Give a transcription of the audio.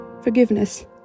forgiveness